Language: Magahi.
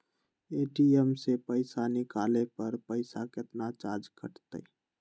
ए.टी.एम से पईसा निकाले पर पईसा केतना चार्ज कटतई?